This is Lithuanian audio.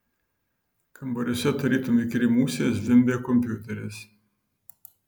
kambariuose tarytum įkyri musė zvimbė kompiuteris